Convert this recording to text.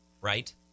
right